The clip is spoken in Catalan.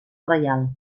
reial